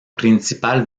principal